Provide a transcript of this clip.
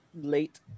Late